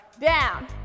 Down